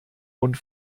und